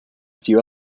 few